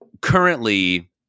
currently